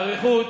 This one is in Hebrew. באריכות,